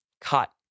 cut